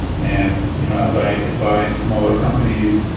and you know as i advise smaller companies,